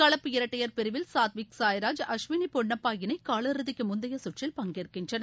கலப்பு இரட்டையர் பிரிவில் சாத்விக் சாய்ராஜ் அஸ்வினி பொன்னப்பா இணை காலிறுதிக்கு முந்தைய சுற்றில் பங்கேற்கின்றனர்